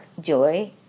joy